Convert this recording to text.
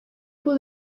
pudo